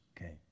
Okay